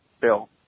Bill